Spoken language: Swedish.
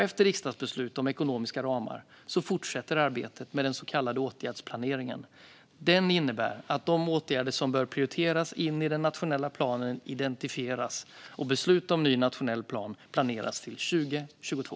Efter riksdagsbeslut om ekonomiska ramar fortsätter arbetet med den så kallade åtgärdsplaneringen. Den innebär att de åtgärder som bör prioriteras in i den nationella planen identifieras. Beslut om ny nationell plan planeras till 2022.